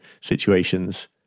situations